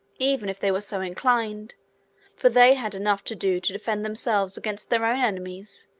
even if they were so inclined for they had enough to do to defend themselves against their own enemies,